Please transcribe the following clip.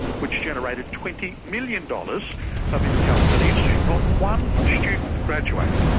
which generated twenty million dollars of income for the institute. not one student graduated.